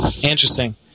Interesting